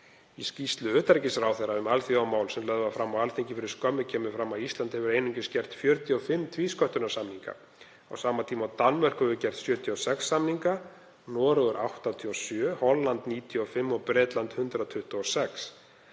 þróunarsamvinnuráðherra um alþjóðamál, sem lögð var fram á Alþingi fyrir skömmu, kemur fram að Ísland hefur einungis gert 45 tvísköttunarsamninga á sama tíma og Danmörk hefur gert 76 samninga, Noregur 87, Holland 95 og Bretland 126.